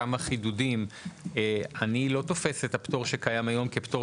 אני לא תופס את הפטור שקיים היום כפטור